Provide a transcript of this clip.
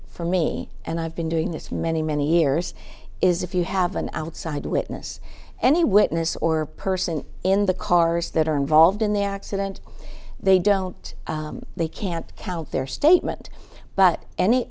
for me and i've been doing this many many years is if you have an outside witness any witness or person in the cars that are involved in the accident they don't they can't help their statement but any